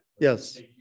yes